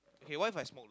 okay what If I smoke